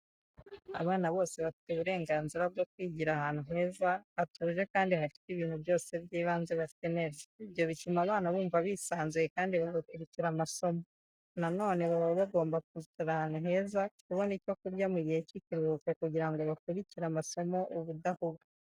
Abana bose bafite uburenganzira bwo kwigira ahantu heza, hatuje kandi hafite ibintu byose by'ibanze bakenera. Ibyo bituma abana bumva bisanzuye kandi bagakurikira amasomo. Nanone baba bagomba kwicara ahantu heza, kubona icyo kurya mu gihe cy'ikiruhuko kugira ngo bakurikire amasomo ubudahuga.